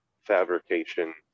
fabrication